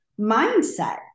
mindset